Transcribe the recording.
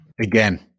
Again